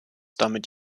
damit